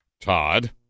Todd